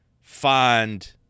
find